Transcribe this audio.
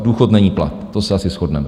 Důchod není plat, to se asi shodneme.